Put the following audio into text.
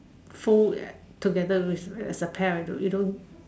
foil together as a pair you don't